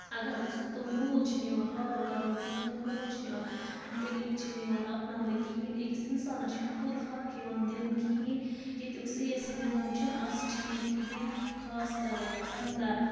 اَگر أسۍ تِم روٗل چھِنہٕ یِوان پھالو کَرنہٕ کِہیٖنۍ تِم روٗل چھِنہٕ یِوان تِم طٔریٖقہٕ چھِنہٕ یِوان اَپناونہٕ کِہیٖنۍ أکِس اِنسانَس چھِنہٕ پوٗرٕ حق یِوان دِنہٕ کِہیٖنۍ ییٚتیُک سِیٲسی نِظام چھِنہٕ آز ٹھیٖک کِہیٖنۍ خاص کَر پَنٛداہ